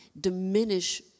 diminish